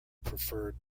preferred